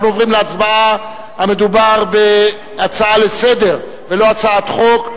המדובר בהצעה לסדר-היום ולא בהצעת חוק.